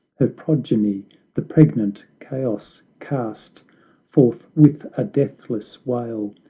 her progeny the pregnant chaos cast forth with a deathless wail,